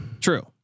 True